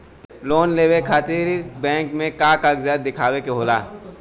Loan लेवे खातिर bank मे का कागजात दिखावे के होला?